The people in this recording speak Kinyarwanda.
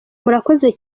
murakoze